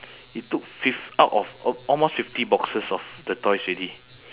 he took fif~ out of uh almost fifty boxes of the toys already